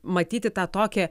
matyti tą tokią